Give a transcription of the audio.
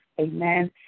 amen